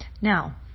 Now